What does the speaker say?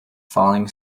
falling